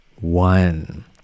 one